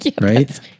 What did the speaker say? Right